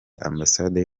ambasade